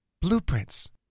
Blueprints